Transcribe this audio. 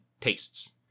tastes